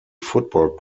football